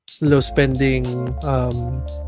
low-spending